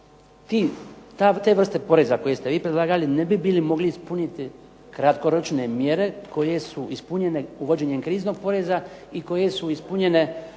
te vrste poreza koje ste vi predlagali ne bi bili mogli ispuniti kratkoročne mjere koje su ispunjene uvođenjem kriznog poreza, i koje su ispunjene